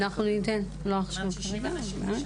אנחנו ניתן, לא כרגע.